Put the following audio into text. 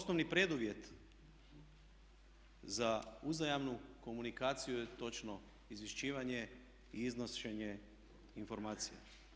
Osnovni preduvjet za uzajamnu komunikaciju je točno izvješćivanje i iznošenje informacija.